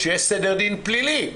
כשיש סדר דין פלילי,